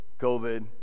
covid